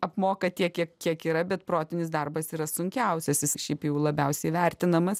apmoka tiek kiek kiek yra bet protinis darbas yra sunkiausiasis jis šiaip jau labiausiai vertinamas